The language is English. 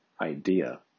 idea